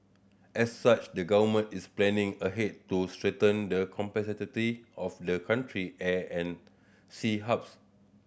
as such the Government is planning ahead to strengthen the of the country air and sea hubs